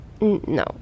No